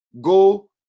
Go